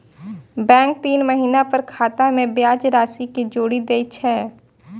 bank तीन महीना पर खाता मे ब्याज राशि कें जोड़ि दै छै